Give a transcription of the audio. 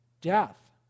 death